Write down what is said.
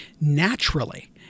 naturally